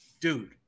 dude